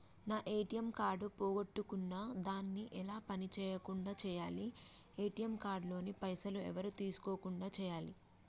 నా ATM card పోగొట్టుకున్నా దాన్ని ఎలా పని చేయకుండా చేయాలి ఏ.టి.ఎమ్ కార్డు లోని పైసలు ఎవరు తీసుకోకుండా చేయాలి?